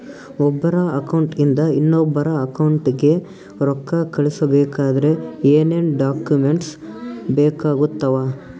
ಒಬ್ಬರ ಅಕೌಂಟ್ ಇಂದ ಇನ್ನೊಬ್ಬರ ಅಕೌಂಟಿಗೆ ರೊಕ್ಕ ಕಳಿಸಬೇಕಾದ್ರೆ ಏನೇನ್ ಡಾಕ್ಯೂಮೆಂಟ್ಸ್ ಬೇಕಾಗುತ್ತಾವ?